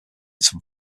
san